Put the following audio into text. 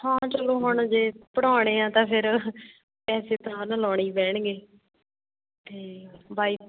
ਹਾਂ ਚਲੋ ਹੁਣ ਜੇ ਪੜ੍ਹਾਉਣੇ ਆ ਤਾਂ ਫਿਰ ਪੈਸੇ ਤਾਂ ਹੈ ਨਾ ਲਾਉਣੇ ਹੀ ਪੈਣਗੇ ਅਤੇ ਵਾਈ